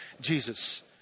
Jesus